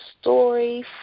story